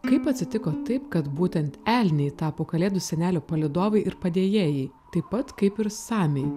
kaip atsitiko taip kad būtent elniai tapo kalėdų senelio palydovai ir padėjėjai taip pat kaip ir samiai